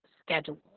schedule